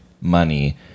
money